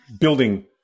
building